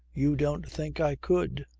you don't think i could.